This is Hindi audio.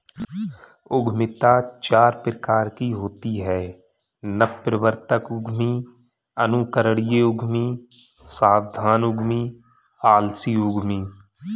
उद्यमिता चार प्रकार की होती है नवप्रवर्तक उद्यमी, अनुकरणीय उद्यमी, सावधान उद्यमी, आलसी उद्यमी